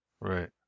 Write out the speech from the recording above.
Right